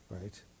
right